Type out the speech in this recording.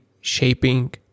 shaping